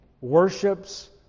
worships